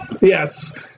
Yes